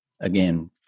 Again